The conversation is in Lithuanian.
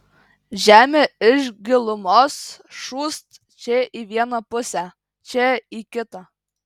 žemė iš gilumos šūst čia į vieną pusę čia į kitą